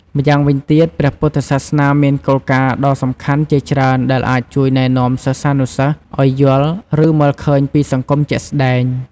ម្យ៉ាងវិញទៀត ព្រះពុទ្ធសាសនាមានគោលការណ៍ដ៏សំខាន់ជាច្រើនដែលអាចជួយណែនាំសិស្សានុសិស្សឲ្យយល់ ឬមើលឃើញពីសង្គមជាក់ស្ដែង។